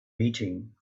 eating